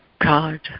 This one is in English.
God